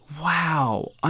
Wow